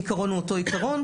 העיקרון הוא אותו עיקרון.